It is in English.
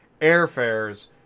airfares